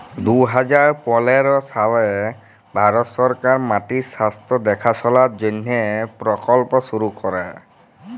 দু হাজার পলের সালে ভারত সরকার মাটির স্বাস্থ্য দ্যাখাশলার জ্যনহে পরকল্প শুরু ক্যরে